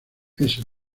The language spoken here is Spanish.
ese